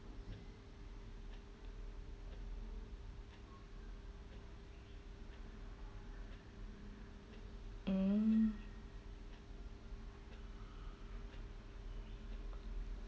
mm